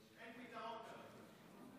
אין פתרון כרגע.